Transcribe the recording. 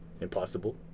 Impossible